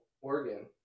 Oregon